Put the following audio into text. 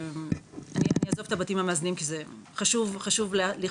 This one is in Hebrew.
אני אעזוב את הבתים המאזנים כי זה חשוב לכשעצמו,